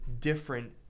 different